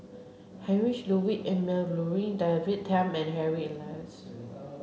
Heinrich Ludwig Emil Luering David Tham and Harry Elias